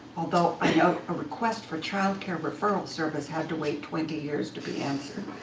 although i know a request for child care referral service had to wait twenty years to be answered.